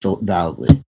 validly